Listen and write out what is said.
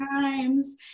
times